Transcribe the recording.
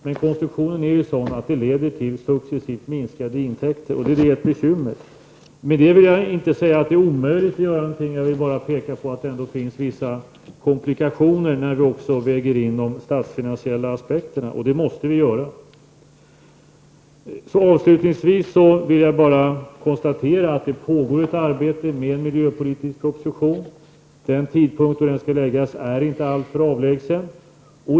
Men konstruktionen är sådan att det leder till successivt minskade intäkter, och det är ett bekymmer. Jag vill inte säga att det är omöjligt att göra någonting, jag vill bara påpeka att det finns vissa komplikationer när vi väger in de statsfinansiella aspekterna, och det måste vi göra. Avslutningsvis vill jag bara konstatera att det pågår ett arbete med en miljöpolitisk proposition. Den tidpunkt då den skall läggas fram är inte alltför avlägsen.